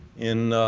in